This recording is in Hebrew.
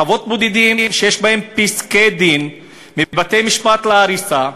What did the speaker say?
חוות בודדים, יש פסקי-דין מבתי-משפט, להריסה.